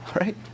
right